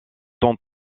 tant